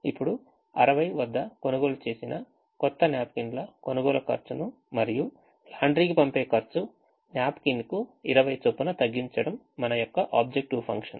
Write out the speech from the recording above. ఇప్పుడు 60 వద్ద కొనుగోలు చేసిన కొత్త న్యాప్కిన్ ల కొనుగోలు ఖర్చును మరియు లాండ్రీకి పంపే ఖర్చు napkin కు 20 చొప్పున తగ్గించడం మన యొక్క ఆబ్జెక్టివ్ ఫంక్షన్